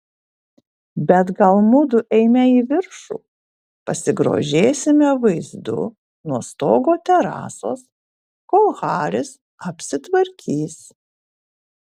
bet gal mudu eime į viršų pasigrožėsime vaizdu nuo stogo terasos kol haris apsitvarkys